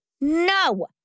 No